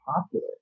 popular